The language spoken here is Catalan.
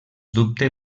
dubte